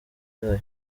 yayo